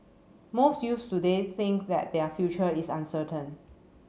most youths today think that their future is uncertain